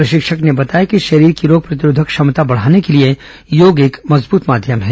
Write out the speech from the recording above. प्रशिक्षक ने बताया कि शरीर की रोग प्रतिरोधक क्षमता बढ़ाने के लिए योग सशक्त माध्यम है